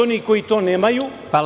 Oni koji to nemaju…